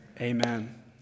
amen